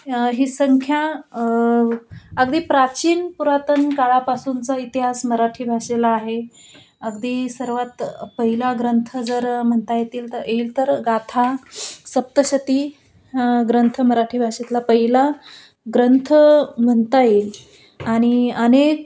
ही संख्या अगदी प्राचीन पुरातन काळापासूनचा इतिहास मराठी भाषेला आहे अगदी सर्वात पहिला ग्रंथ जर म्हणता येतील तर येईल तर गाथा सप्तशती ग्रंथ मराठी भाषेतला पहिला ग्रंथ म्हणता येईल आणि अनेक